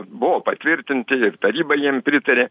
buvo patvirtinti ir taryba jiem pritarė